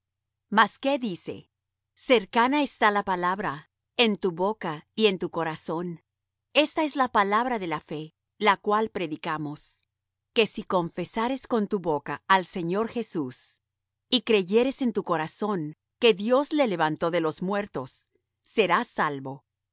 mas qué dice cercana está la palabra en tu boca y en tu corazón esta es la palabra de fe la cual predicamos que si confesares con tu boca al señor jesús y creyeres en tu corazón que dios le levantó de los muertos serás salvo